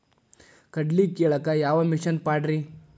ಕಡ್ಲಿ ಕೇಳಾಕ ಯಾವ ಮಿಷನ್ ಪಾಡ್ರಿ?